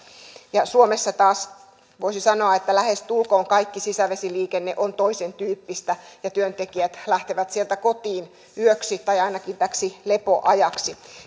suomessa taas voisi sanoa lähestulkoon kaikki sisävesiliikenne on toisentyyppistä ja työntekijät lähtevät sieltä kotiin yöksi tai ainakin täksi lepoajaksi